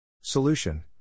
Solution